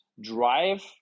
drive